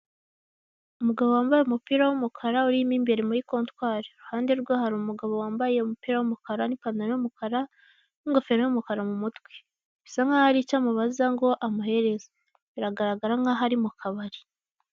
Umugabo wambaye umupira w'umukara urimo imbere muri kontwari iruhande rwe hari umugabo wambaye umupira w'umukara n'ipantalo y'umukara, n'ingofero y'umukara mu mutwe bisa nkaho hari icyo amubaza ngo amuhereze, biragara nkaho ari mu kabari.